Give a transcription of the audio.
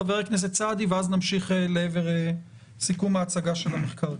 חבר הכנסת סעדי ואז נמשיך לעבר סיכום ההצגה של המחקר.